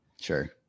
Sure